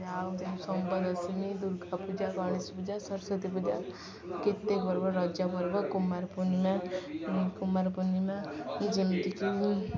ଆଉ ଯେନ ଶାମ୍ବଦଶମୀ ଦୂର୍ଗା ପୂଜା ଗଣେଶ ପୂଜା ସରସ୍ଵତୀ ପୂଜା କେତେ ପର୍ବ ରଜ ପର୍ବ କୁମାର ପୂର୍ଣ୍ଣିମା କୁମାର ପୂର୍ଣ୍ଣିମା ଯେମିତିକି